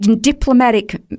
diplomatic